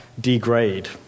degrade